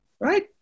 right